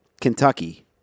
Kentucky